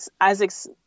Isaac's